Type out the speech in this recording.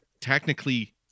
technically